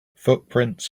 footprints